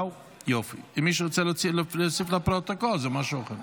אם מישהו רוצה להתווסף לפרוטוקול זה משהו אחר.